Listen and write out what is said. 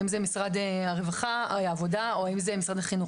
האם זה משרד העבודה או האם זה משרד החינוך.